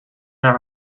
naar